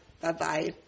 Bye-bye